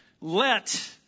Let